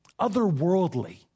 otherworldly